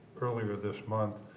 earlier this month.